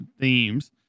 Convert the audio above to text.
themes